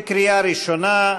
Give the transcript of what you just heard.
בקריאה ראשונה.